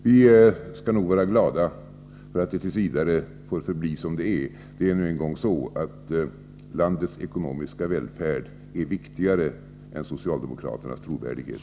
Vi skall nog vara glada för att det t. v. får förbli som det är. Det är nu en gång så att landets ekonomiska välfärd är viktigare än socialdemokraternas trovärdighet.